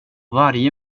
varje